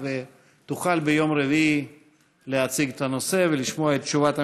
ותוכל ביום רביעי להציג את הנושא ולשמוע את תשובת הממשלה.